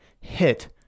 hit